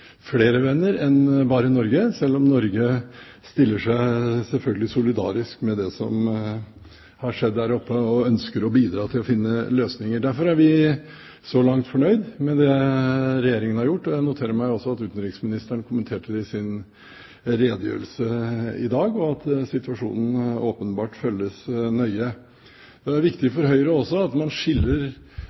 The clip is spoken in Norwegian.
flere venner enn bare Norge, selv om Norge selvfølgelig stiller seg solidarisk med det som har skjedd der oppe, og ønsker å bidra til å finne løsninger. Derfor er vi så langt fornøyd med det Regjeringen har gjort. Jeg noterer meg også at utenriksministeren kommenterte det i sin redegjørelse i dag, og at situasjonen åpenbart følges nøye. Det er viktig for Høyre også at man skiller